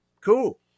Cool